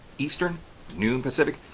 eastern noon pacific.